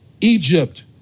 Egypt